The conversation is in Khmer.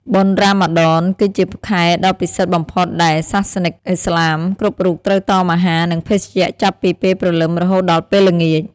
បុណ្យរ៉ាម៉ាឌន គឺជាខែដ៏ពិសិដ្ឋបំផុតដែលសាសនិកឥស្លាមគ្រប់រូបត្រូវតមអាហារ និងភេសជ្ជៈចាប់ពីពេលព្រលឹមរហូតដល់ពេលល្ងាច។